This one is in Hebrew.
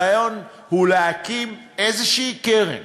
הרעיון הוא להקים איזושהי קרן